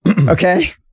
Okay